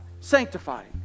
sanctified